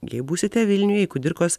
jei būsite vilniuj į kudirkos